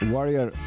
Warrior